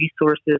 resources